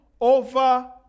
over